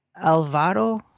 Alvaro